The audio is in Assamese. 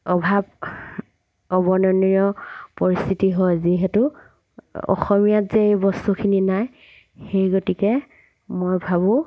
অভাৱ অভৱনীয় পৰিস্থিতি হয় যিহেতু অসমীয়াত যে এই বস্তুখিনি নাই সেই গতিকে মই ভাবোঁ